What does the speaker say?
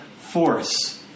force